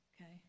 okay